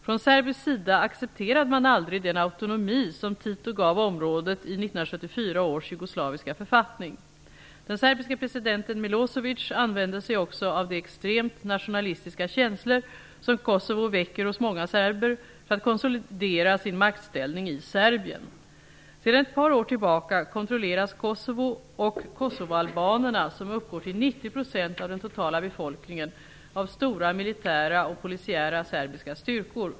Från serbisk sida accepterade man aldrig den autonomi som Tito gav området i 1974 års jugoslaviska författning. Den serbiske presidenten Milosevic använde sig också av de extremt nationalistiska känslor som Kosovo väcker hos många serber för att konsolidera sin maktställning i Serbien. Sedan ett par år tillbaka kontrolleras Kosovo och kosovoalbanerna, som uppgår till ca 90 % av den totala befolkningen, av stora militära och polisiära serbiska styrkor.